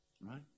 Right